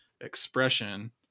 expression